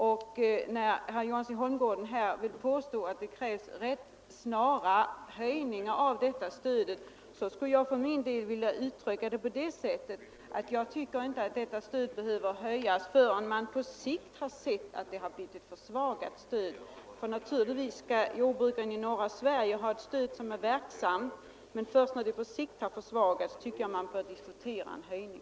När herr Johansson i Holmgården gör gällande att det krävs rätt snara höjningar av det här stödet skulle jag vilja hävda att det inte behöver höjas förrän man på sikt har sett att det har försvagats. Naturligtvis skall jordbruken i norra Sverige ha ett verksamt stöd, men först när det på sikt har försvagats tycker jag att man behöver diskutera en höjning.